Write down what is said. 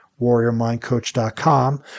warriormindcoach.com